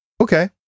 Okay